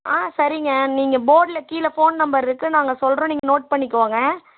ஆ சரிங்க நீங்கள் போர்டில் கீழே ஃபோன் நம்பர் இருக்குது நாங்கள் சொல்கிறோம் நீங்கள் நோட் பண்ணிக்கங்க